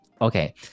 okay